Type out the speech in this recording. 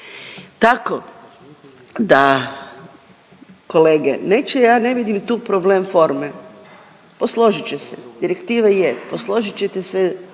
Tako da kolege, neće, ja ne vidim tu problem forme. Posložit će se, direktiva je, posložit ćete sve